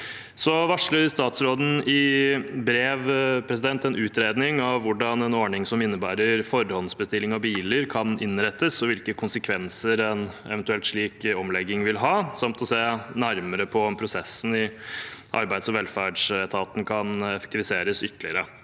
varsler i brev en utredning av hvordan en ordning som innebærer forhåndsbestilling av biler, kan innrettes, og hvilke konsekvenser en slik eventuell omlegging vil ha, samt å se nærmere på om prosessen i Arbeids- og velferdsetaten kan effektiviseres ytterligere.